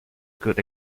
good